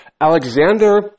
Alexander